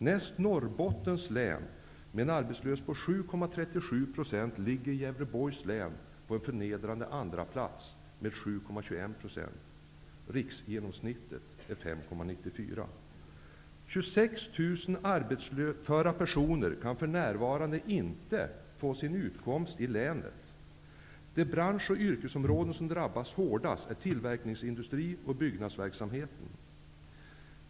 Näst efter Norrbottens län med en arbetslöshet på 7,37 % ligger Gävleborgs län på en förnedrande andra plats med 7,21 %. Riksgenomsnittet är 5,94 %. 26 000 arbetsföra personer kan för närvarande inte få sin utkomst i länet. De bransch och yrkesområden som drabbas hårdast är tillverkningsindustrin och byggnadsverksamheten.